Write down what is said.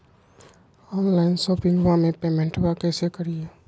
Online शोपिंगबा में पेमेंटबा कैसे करिए?